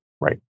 Right